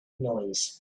noise